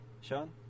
Sean